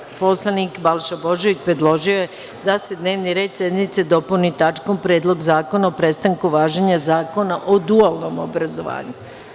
Narodni poslanik Balša Božović predložio je da se dnevni red sednice dopuni tačkom – Predlog zakona o prestanku važenja zakona o dualnom obrazovanju.